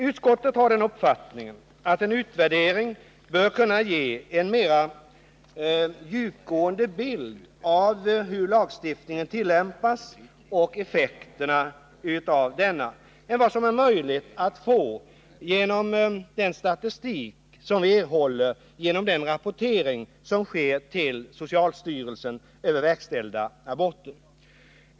Utskottet har den uppfattningen att en utvärdering bör kunna ge en mera djupgående bild av hur lagstiftningen tillämpas och effekterna av denna än vad som är möjligt att få genom den statistik vi erhåller genom rapportering till socialstyrelsen över verkställda aborter.